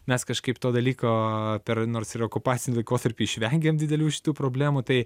mes kažkaip to dalyko per nors ir okupacinį laikotarpį išvengėm didelių šitų problemų tai